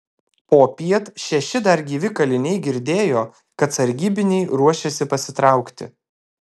popiet šeši dar gyvi kaliniai girdėjo kad sargybiniai ruošiasi pasitraukti